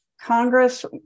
Congress